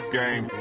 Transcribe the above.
game